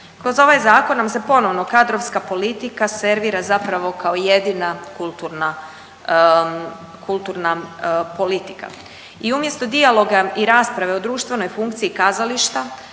Kroz ovaj zakon nam se ponovno kadrovska politika servira zapravo kao jedina kulturna, kulturna politika. I umjesto dijaloga i rasprave o društvenoj funkciji kazališta